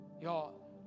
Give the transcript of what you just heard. Y'all